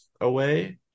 away